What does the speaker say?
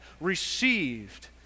received